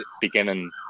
beginning